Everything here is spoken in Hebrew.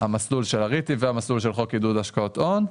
המסלול של הריט והמסלול של חוק עידוד השקעות הון.